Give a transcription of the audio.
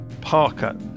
Parker